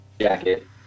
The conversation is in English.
jacket